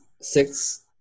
six